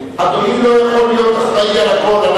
אדוני לא יכול להיות אחראי לכול.